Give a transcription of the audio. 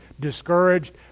discouraged